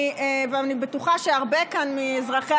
אני בטוחה שהרבה כאן מאזרחי